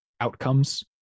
outcomes